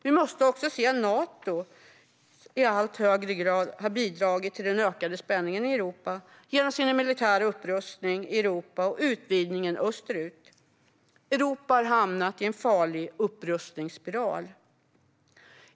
Vi måste också se att Nato i allt högre grad har bidragit till den ökade spänningen i Europa genom sin militära upprustning i Europa och utvidgningen österut. Europa har hamnat i en farlig upprustningsspiral.